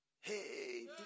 Hey